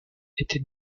était